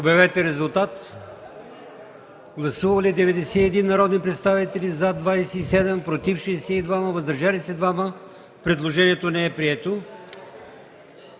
от комисията. Гласували 70 народни представители: за 5, против 62, въздържали се 3. Предложението не е прието.